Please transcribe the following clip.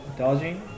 dodging